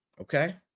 okay